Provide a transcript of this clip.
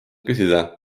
küsida